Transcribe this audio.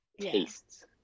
tastes